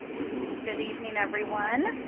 good evening, everyone.